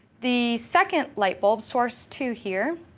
the second light bulb, source two here,